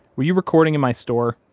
were you recording in my store?